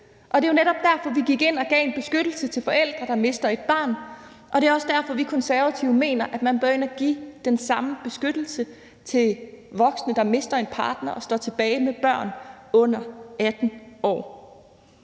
netop derfor, vi gik ind og gav en beskyttelse til forældre, der mister et barn, og det er også derfor, vi Konservative mener, at man bør gå ind og give den samme beskyttelse til voksne, der mister en partner og står tilbage med børn under 18 år.